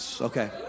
okay